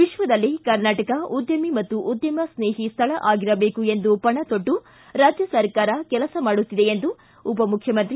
ವಿಶ್ವದಲ್ಲೇ ಕರ್ನಾಟಕ ಉದ್ಯಮಿ ಮತ್ತು ಉದ್ಯಮ ಸ್ನೇಹಿ ಸ್ವಳ ಆಗಿರಬೇಕು ಎಂದು ಪಣ ತೊಟ್ಟು ರಾಜ್ಯ ಸರ್ಕಾರ ಕೆಲಸ ಮಾಡುತ್ತಿದೆ ಎಂದು ಉಪಮುಖ್ಯಮಂತ್ರಿ ಡಾಕ್ಟರ್ ಸಿ